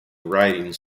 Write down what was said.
writing